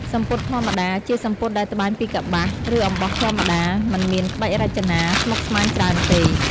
សំពត់ធម្មតា ជាសំពត់ដែលត្បាញពីកប្បាស ឬអំបោះធម្មតា មិនមានក្បាច់រចនាស្មុគស្មាញច្រើនទេ។